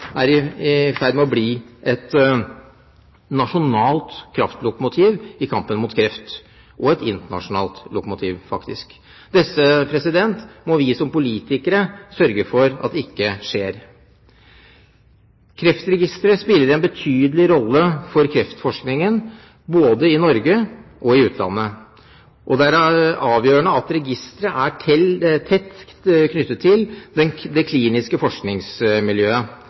er i ferd med å bli et nasjonalt kraftlokomotiv i kampen mot kreft – og et internasjonalt lokomotiv, faktisk. Dette må vi som politikere sørge for at ikke skjer. Kreftregisteret spiller en betydelig rolle for kreftforskningen både i Norge og i utlandet, og det er avgjørende at registeret er tett knyttet til de kliniske